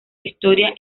historia